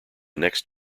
next